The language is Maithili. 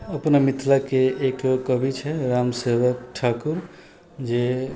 अपना मिथिलाके एकठो कवि छै रामसेवक ठाकुर जे